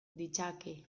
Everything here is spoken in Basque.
ditzake